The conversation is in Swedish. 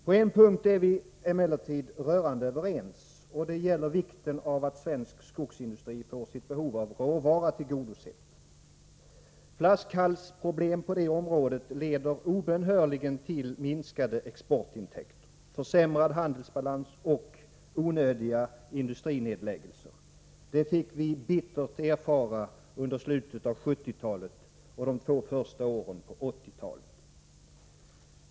På en punkt är vi emellertid rörande överens, och det gäller vikten av att svensk skogsindustri får sitt behov av råvara tillgodosett. Flaskhalsproblem på detta område leder obönhörligen till minskade exportintäkter, försämrad handelsbalans och onödiga industrinedläggelser. Det fick vi bittert erfara under slutet av 1970-talet och de två första åren på 1980-talet.